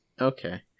Okay